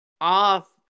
Off